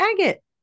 agate